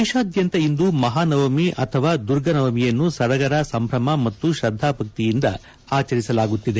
ದೇಶಾದ್ಯಂತ ಇಂದು ಮಹಾನವಮಿ ಅಥವಾ ದುರ್ಗ ನವಮಿಯನ್ನು ಸಂಭ್ರಮ ಸಡಗರ ಮತ್ತು ಶ್ರದ್ದಾ ಭಕ್ತಿಯಿಂದ ಆಚರಿಸಲಾಗುತ್ತಿದೆ